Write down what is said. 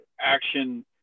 action